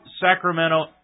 Sacramento